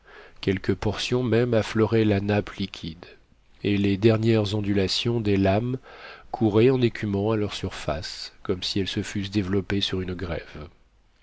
quelques portions même affleuraient la nappe liquide et les dernières ondulations des lames couraient en écumant à leur surface comme si elles se fussent développées sur une grève